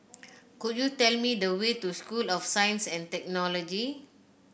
could you tell me the way to School of Science and Technology